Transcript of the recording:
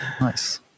Nice